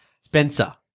Spencer